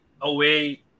away